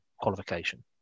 qualification